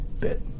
bit